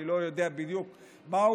אני לא יודע בדיוק מהו.